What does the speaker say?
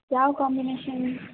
ಯಾವ ಕಾಂಬಿನೇಷನ್